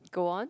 go on